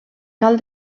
cal